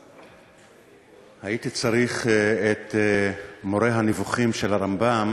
הייתי צריך את "מורה נבוכים" של הרמב"ם